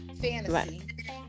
fantasy